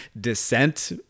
descent